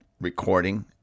recording